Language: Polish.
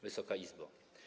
Wysoka Izbo!